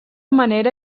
manera